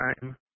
time